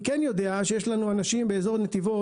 אני כן יודע שיש לנו אנשים באזור נתיבות